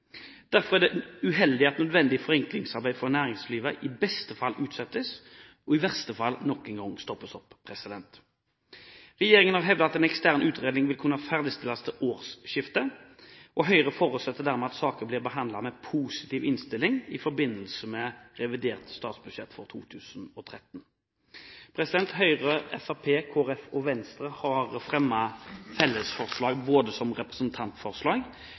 Derfor er det uheldig at nødvendig forenklingsarbeid for næringslivet i beste fall utsettes og i verste fall nok en gang stopper opp. Regjeringen har hevdet at en ekstern utredning vil kunne ferdigstilles ved årsskiftet, og Høyre forutsetter dermed at saken blir behandlet med positiv innstilling i forbindelse med revidert statsbudsjett for 2013. Høyre, Fremskrittspartiet, Kristelig Folkeparti og Venstre har fremmet fellesforslag både som representantforslag